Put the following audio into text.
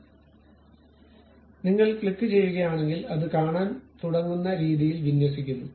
അതിനാൽ നിങ്ങൾ ക്ലിക്ക് ചെയ്യുകയാണെങ്കിൽ അത് കാണാൻ തുടങ്ങുന്ന രീതിയിൽ വിന്യസിക്കുന്നു